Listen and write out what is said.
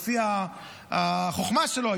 לפי החוכמה שלו,